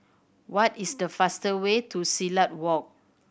what is the fastest way to Silat Walk